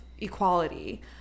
equality